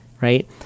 right